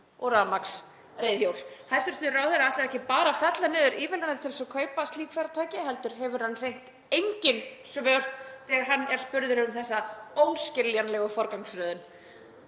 og rafmagnsreiðhjól. Hæstv. ráðherra ætlar ekki bara að fella niður ívilnanir til þess að kaupa slík farartæki heldur hefur hann hreint engin svör þegar hann er spurður um þessa óskiljanlegu forgangsröðun.